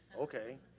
Okay